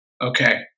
Okay